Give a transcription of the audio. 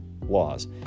laws